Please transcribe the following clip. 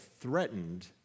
threatened